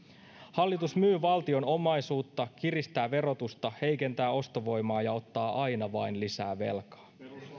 hallitus myy valtion omaisuutta kiristää verotusta heikentää ostovoimaa ja ottaa aina vain lisää velkaa